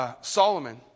Solomon